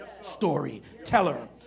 storyteller